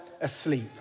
asleep